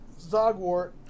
Zogwart